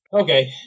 Okay